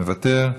מוותר,